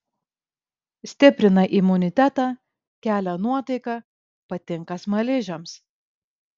stiprina imunitetą kelia nuotaiką patinka smaližiams